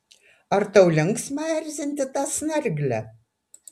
ar tau linksma erzinti tą snarglę